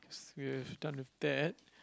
guess we're done with that